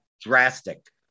drastic